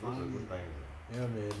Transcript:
funny ya man